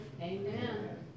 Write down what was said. Amen